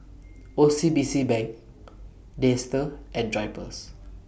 O C B C Bank Dester and Drypers